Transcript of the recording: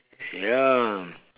ya